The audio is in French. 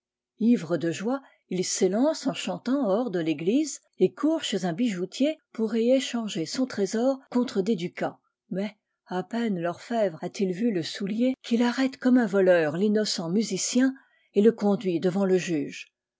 ivre de joie il s'élance en chantant hors de l'église et court chez un bijoutier pour y échanger son trésor contre des ducats mais à peine l'orfèvre a-t-il vu le soulier qu'il arrête comme un voleur l'innocent musicien et le conduit devant le juge